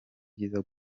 byiza